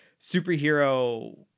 superhero